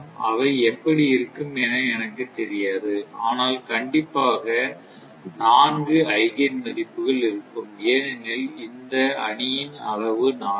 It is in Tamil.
அவை எப்படி இருக்கும் என எனக்கும் தெரியாது ஆனால் கண்டிப்பாக நன்கு ஐகேன் மதிப்புகள் இருக்கும் ஏனெனில் இந்த அணியின் அளவு 4